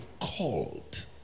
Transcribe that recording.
called